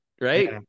right